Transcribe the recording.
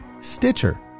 Stitcher